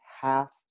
half